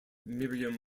miriam